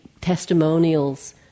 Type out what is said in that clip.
testimonials